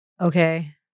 okay